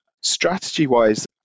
Strategy-wise